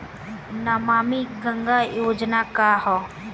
नमामि गंगा योजना का ह?